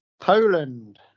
poland